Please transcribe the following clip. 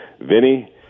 Vinny